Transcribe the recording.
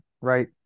right